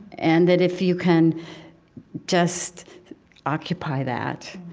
and that if you can just occupy that,